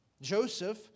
Joseph